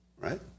Right